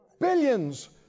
Billions